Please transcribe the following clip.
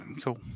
cool